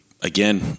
again